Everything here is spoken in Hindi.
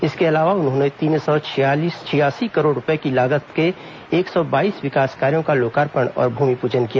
इसके अलावा उन्होंने तीन सौ छियासी करोड़ रूपए की लागत के एक सौ बाईस विकास कार्यों का लोकार्पण और भूमिपूजन किया